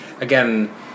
again